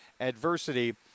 adversity